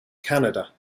canada